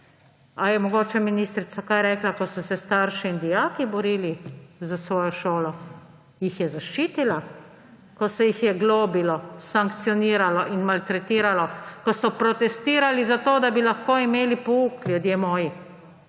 Ali je mogoče ministrica kaj rekla, ko so se starši in dijaki borili za svojo šolo, ali jih je zaščitila, ko se jih je globilo, sankcioniralo in maltretiralo, ko so protestirali za to, da bi lahko imeli pouk, ljudje moji?